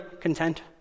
content